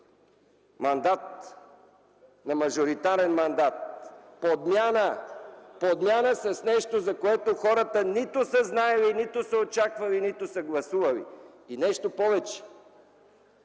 мандат, на мажоритарен мандат. Подмяна с нещо, за което хората нито са знаели, нито са очаквали, нито са гласували. Нещо повече.